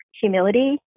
humility